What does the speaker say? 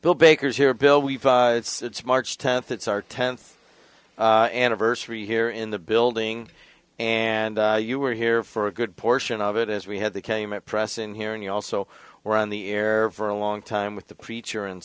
bill baker's here bill we've it's march tenth that's our tenth anniversary here in the building and you were here for a good portion of it as we had the came out press in here and you also were on the air for a long time with the preacher and